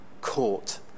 court